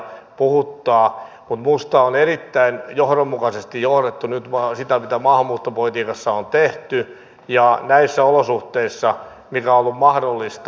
mutta minusta on erittäin johdonmukaisesti johdettu nyt sitä mitä maahanmuuttopolitiikassa on tehty ja mikä näissä olosuhteissa on ollut mahdollista